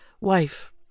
wife